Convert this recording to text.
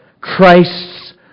Christ's